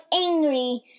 angry